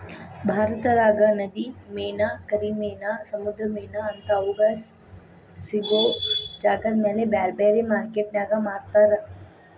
ಭಾರತದಾಗ ನದಿ ಮೇನಾ, ಕೆರಿ ಮೇನಾ, ಸಮುದ್ರದ ಮೇನಾ ಅಂತಾ ಅವುಗಳ ಸಿಗೋ ಜಾಗದಮೇಲೆ ಬ್ಯಾರ್ಬ್ಯಾರೇ ಮಾರ್ಕೆಟಿನ್ಯಾಗ ಮಾರ್ತಾರ